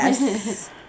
Yes